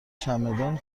چمدان